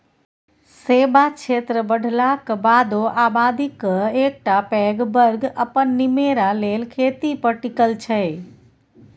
सेबा क्षेत्र बढ़लाक बादो आबादीक एकटा पैघ बर्ग अपन निमेरा लेल खेती पर टिकल छै